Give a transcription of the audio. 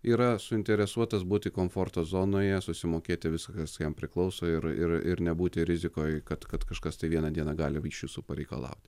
yra suinteresuotas būti komforto zonoje susimokėti viską kas jam priklauso ir ir ir nebūti rizikoj kad kad kažkas tai vieną dieną gali iš jūsų pareikalaut